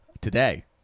Today